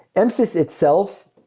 and msys itself,